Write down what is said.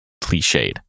cliched